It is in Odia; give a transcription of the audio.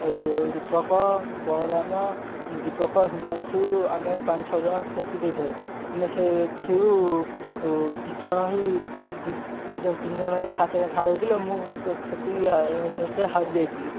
ଆଉ ରୂପକ ବଳରାମ ଦୀପକ ହିମାଂଶୁ ଆମେ ପାଞ୍ଚ ଛଅ ଜଣ ସେଠି ଦେଇଥାଉ ଆମେ ସେଥିରୁ ଦି ଜଣ ହିଁ ଦୁଇ ତିନି ଜଣ ହିଁ ଫାର୍ଷ୍ଟ ସେକେଣ୍ଡ ଥାର୍ଡ଼ ହଉଥିଲେ ମୁଁ ସେ ସେତିିରେ ହାରିଯାଇଥିଲି